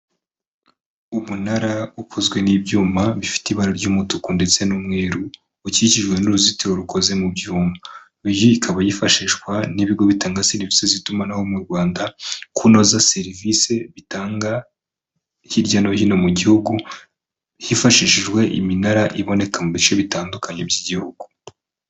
Umunara ukozwe n'ibyuma bifite ibara ry'umutuku ndetse n'umweru, ukikijwe n'uruzitiro rukoze mu byuma, iyi ikaba yifashishwa n'ibigo bitanga serivisi z'itumanaho mu Rwanda, kunoza serivisi bitanga hirya no hino mu gihugu, hifashishijwe iminara iboneka mu bice bitandukanye by'Igihugu.